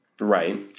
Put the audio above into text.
right